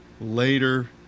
later